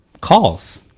Calls